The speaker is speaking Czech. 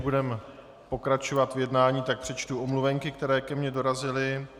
Než budeme pokračovat v jednání, přečtu omluvenky, které ke mně dorazily.